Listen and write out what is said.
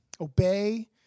Obey